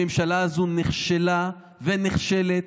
הממשלה הזאת נכשלה ונכשלת,